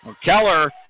Keller